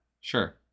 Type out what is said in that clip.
Sure